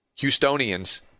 houstonians